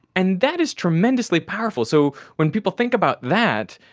and that is tremendously powerful. so when people think about that,